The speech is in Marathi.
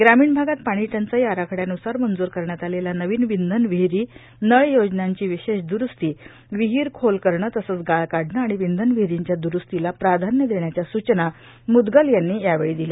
ग्रामीण भागात पाणीटंचाई आराखड्यान्सार मंजूर करण्यात आलेल्या नवीन विंधन विहिरी नळयोजनांची विशेष द्रुस्ती विहीर खोल करणे तसेच गाळ काढणे आणि विंधन विहिरींच्या द्रुस्तीला प्राधान्य देण्याच्या सूचना मुदगल यांनी यावेळी दिल्या